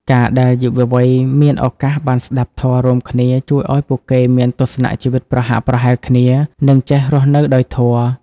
ការដែលយុវវ័យមានឱកាសបាន "ស្ដាប់ធម៌" រួមគ្នា ជួយឱ្យពួកគេមានទស្សនៈជីវិតប្រហាក់ប្រហែលគ្នា និងចេះរស់នៅដោយធម៌។